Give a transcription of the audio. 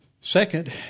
Second